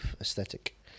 aesthetic